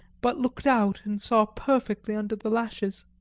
but looked out and saw perfectly under the lashes.